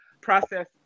process